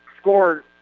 scored